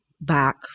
back